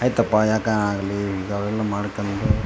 ಆಯ್ತಪ್ಪ ಯಾಕೆ ಅಲ್ಲೀ ಮಾಡ್ಕೊಂಡು